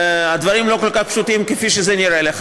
הדברים לא כל כך פשוטים כפי שזה נראה לך,